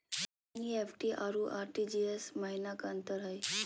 NEFT अरु RTGS महिना का अंतर हई?